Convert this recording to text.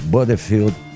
Butterfield